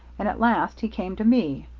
and at last he came to me.